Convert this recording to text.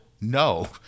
no